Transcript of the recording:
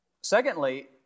Secondly